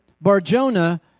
Barjona